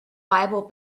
bible